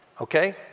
okay